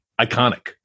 iconic